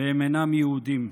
והם אינם יהודים.